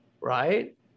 Right